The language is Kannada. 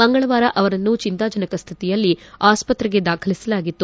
ಮಂಗಳವಾರ ಅವರನ್ನು ಚಿಂತಾಜನಕ ಸ್ಥಿತಿಯಲ್ಲಿ ಆಸ್ಪತ್ರೆಗೆ ದಾಖಲಿಸಲಾಗಿತ್ತು